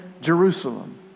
Jerusalem